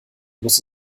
muss